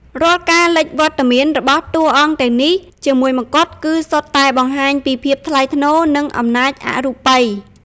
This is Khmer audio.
រាល់ការលេចវត្តមានរបស់តួអង្គទាំងនេះជាមួយម្កុដ គឺសុទ្ធតែបង្ហាញពីភាពថ្លៃថ្នូរ និងអំណាចអរូបី។